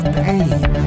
pain